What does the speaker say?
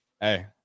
hey